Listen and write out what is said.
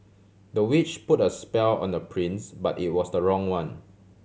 the witch put a spell on the prince but it was the wrong one